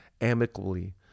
amicably